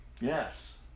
Yes